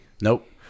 Nope